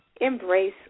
Embrace